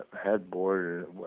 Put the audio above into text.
headboard